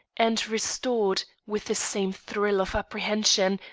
and restored, with the same thrill of apprehension,